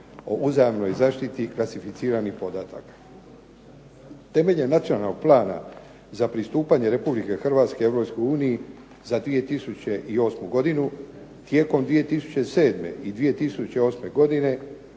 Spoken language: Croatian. o uzajamnoj zaštiti klasificiranih podataka. Temeljem nacionalnog plana za pristupanje Republike Hrvatske Europskoj uniji za 2008. godinu, tijekom 2007. i 2008. godine